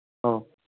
ꯑꯣ